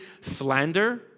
slander